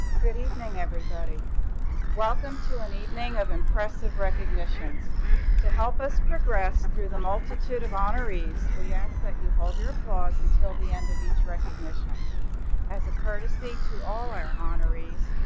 good evening everybody welcome to an evening of impressive recognition to help us progress through the multitude of honor ease. we ask that you hold your applause until the end of each recognition as a courtesy to all our honor ease.